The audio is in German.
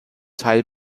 teil